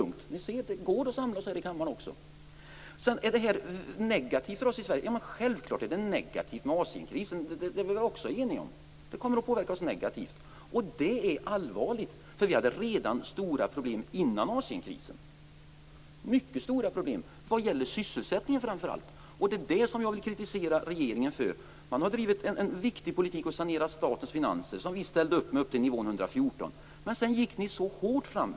Ni ser, det går att samlas här i kammaren också! Är det här då negativt för oss i Sverige? Självfallet är Asienkrisen negativ för oss. Det är vi väl också eniga om. Det kommer att påverka oss negativt. Det är allvarligt, för vi hade stora problem, mycket stora problem, redan innan Asienkrisen, framför allt vad gäller sysselsättningen. Det är det jag vill kritisera regeringen för. Man har drivit en viktig politik för att sanera statens finanser, som vi ställde upp på upp till nivån 114. Men sedan gick ni så hårt fram.